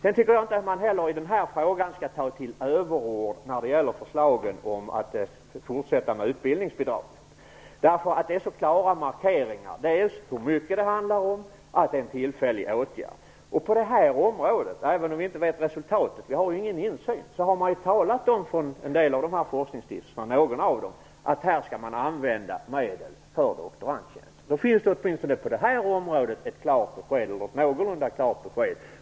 Jag tycker inte att man i den här frågan skall ta till överord när det gäller förslagen om att fortsätta med utbildningsbidrag. Det finns så klara markeringar, dels av hur mycket det handlar om, dels av att det är en tillfällig åtgärd. På detta område - även om vi inte vet resultatet eftersom vi ju inte har någon insyn - har man från ett par av dessa forskningsstiftelser talat om att man skall använda en del av sina medel till doktorandtjänster. Det finns alltså åtminstone på det här området ett någorlunda klart besked.